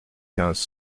quinze